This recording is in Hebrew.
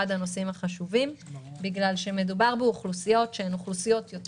הנושאים החשובים בגלל שמדובר באוכלוסיות חלשות יותר,